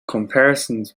comparisons